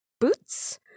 boots